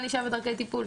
ענישה ודרכי טיפול,